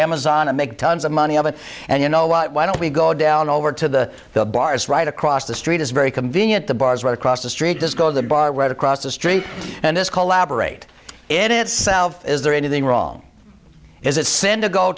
amazon and make tons of money of it and you know what why don't we go down over to the bars right across the street is very convenient the bars right across the street disco the bar right across the street and this collaborate in itself is there anything wrong is a sin to go